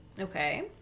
Okay